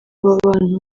bantu